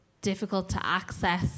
difficult-to-access